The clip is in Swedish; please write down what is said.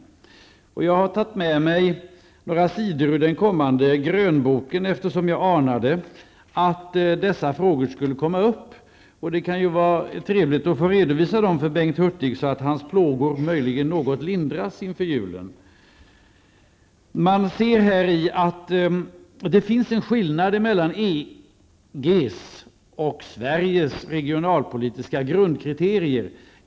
Jag har tagit med mig några sidor ur den kommande grönboken, eftersom jag anade att dessa frågor skulle komma upp. Det kan ju vara trevligt för Bengt Hurtig med en redogörelse, så att hans plågor möjligen lindras något inför julen. Det finns en skillnad mellan EGs och Sveriges regionalpolitiska grundkriterier.